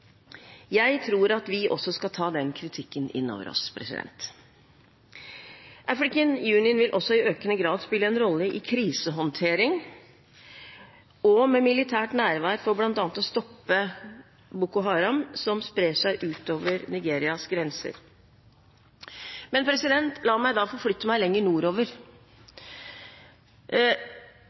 Jeg tror at vi også skal ta den kritikken inn over oss. African Union vil også i økende grad spille en rolle i krisehåndtering og med militært nærvær for bl.a. å stoppe Boko Haram, som sprer seg utover Nigerias grenser. La meg forflytte meg lenger nordover.